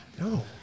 No